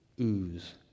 ooze